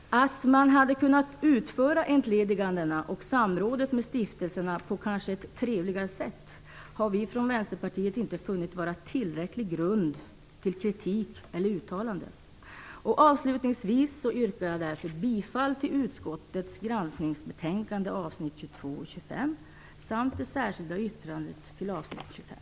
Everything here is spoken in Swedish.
Att man kanske hade kunnat utföra entledigandena och samrådet med stiftelserna på ett trevligare sätt har vi från Vänsterpartiet inte funnit vara tillräcklig grund för kritik eller uttalande. Avslutningsvis yrkar jag på godkännande av utskottets anmälan vad avser avsnitten 22 och 25. Jag står också bakom det särskilda yttrandet gällande avsnitt 25.